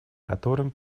которым